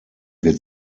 wird